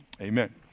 amen